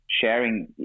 sharing